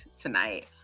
tonight